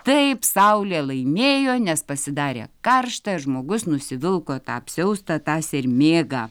taip saulė laimėjo nes pasidarė karšta žmogus nusivilko tą apsiaustą tą sermėgą